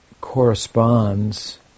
corresponds